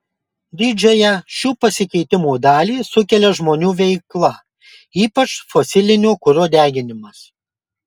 didžiąją šių pasikeitimų dalį sukelia žmonių veikla ypač fosilinio kuro deginimas